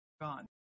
gone